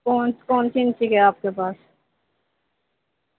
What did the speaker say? کون کون سی انچی کے ہے آپ کے پاس